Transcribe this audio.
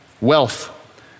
Wealth